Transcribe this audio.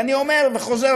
ואני אומר וחוזר,